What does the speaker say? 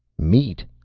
meat!